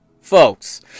folks